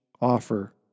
offer